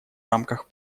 рамках